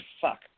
Fuck